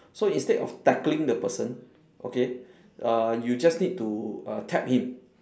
so instead of tackling the person okay uh you just need to uh tap him